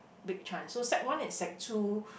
big chance so sec one and sec two